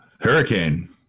Hurricane